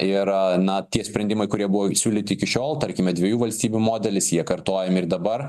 ir na tie sprendimai kurie buvo siūlyti iki šiol tarkime dviejų valstybių modelis jie kartojami ir dabar